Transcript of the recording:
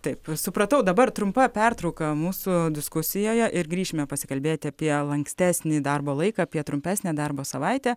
taip supratau dabar trumpa pertrauka mūsų diskusijoje ir grįšime pasikalbėti apie lankstesnį darbo laiką apie trumpesnę darbo savaitę